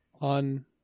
on